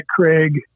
Craig